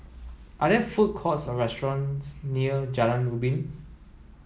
are there food courts or restaurants near Jalan Ubin